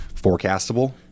forecastable